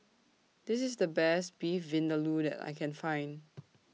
This IS The Best Beef Vindaloo that I Can Find